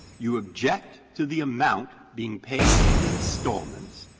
you object to the amount being paid in installments.